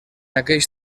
aquells